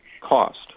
cost